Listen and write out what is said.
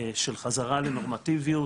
של חזרה לנורמטיביות.